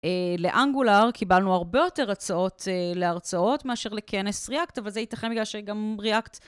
לאנגולר, קיבלנו הרבה יותר הצעות להרצאות מאשר לקנס ריאקט, אבל זה ייתכן בגלל שגם ריאקט...